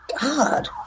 God